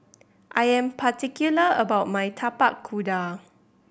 I am particular about my Tapak Kuda